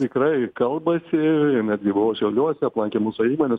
tikrai kalbasi netgi buvo šiauliuose aplankė mūsų įmones